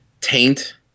Taint